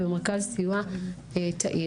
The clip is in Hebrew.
מרכז סיוע תאיר,